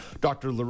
Dr